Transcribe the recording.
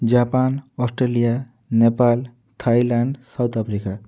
Japan Australia Nepal Thailand South Africa